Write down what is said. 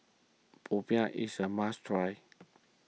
Popiah is a must try